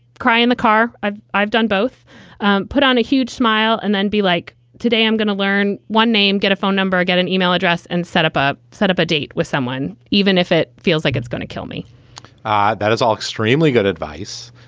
cry in the car. i've i've done both put on a huge smile and then be like today i'm going to learn one name, get a phone number, i get an email address and set up a set up a date with someone, even if it feels like it's gonna kill me that is all extremely good advice.